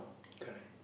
correct